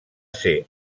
ser